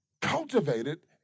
cultivated